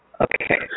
Okay